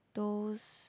toast